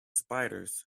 spiders